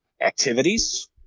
activities